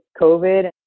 COVID